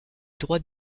droit